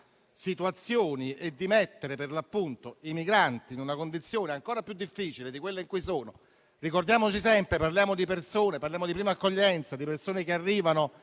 situazioni e di mettere per l'appunto i migranti in una condizione ancora più difficile di quella in cui sono. Ricordiamoci sempre che parliamo di prima accoglienza, di persone che arrivano